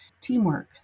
Teamwork